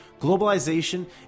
globalization